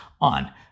on